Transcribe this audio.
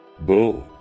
Boom